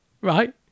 right